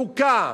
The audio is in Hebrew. חוקה